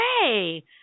hey